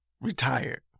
retired